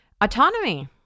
Autonomy